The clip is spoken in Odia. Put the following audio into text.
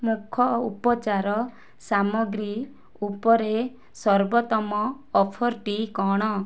ମୁଖ ଉପଚାର ସାମଗ୍ରୀ ଉପରେ ସର୍ବୋତ୍ତମ ଅଫର୍ଟି କ'ଣ